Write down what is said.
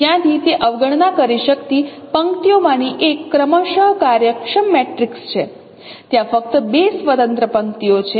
ત્યારથી તે અવગણના કરી શકતી પંક્તિઓમાંની એક ક્રમશ કાર્યક્ષમ મેટ્રિક્સ છે ત્યાં ફક્ત બે સ્વતંત્ર પંક્તિઓ છે